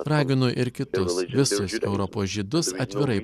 raginu ir kitus visus europos žydus atvirai